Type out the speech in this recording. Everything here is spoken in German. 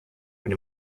und